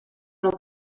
els